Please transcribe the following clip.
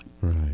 Right